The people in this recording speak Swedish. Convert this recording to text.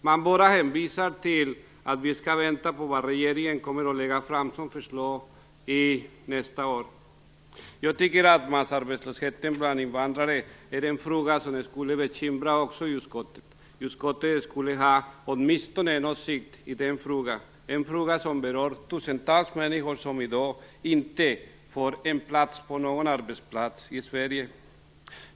Man bara hänvisar till att vi skall vänta på vad regeringen kommer att föreslå nästa år. Jag tycker att massarbetslösheten bland invandrare är en fråga som borde bekymra även utskottet. Utskottet borde åtminstone ha en åsikt i frågan, en fråga som berör tusentals människor som i dag inte får plats på någon arbetsplats i Sverige.